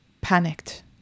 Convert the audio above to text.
panicked